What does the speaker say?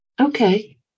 Okay